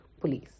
police